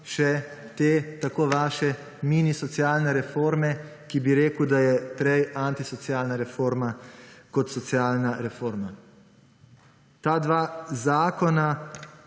še te tako vaše mini socialne reforme, ki bi rekel, da je prej antisocialna reforma kot socialna reforma. Ta dva zakona